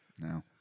no